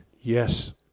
Yes